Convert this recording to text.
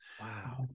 Wow